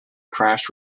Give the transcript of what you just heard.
crash